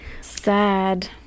Sad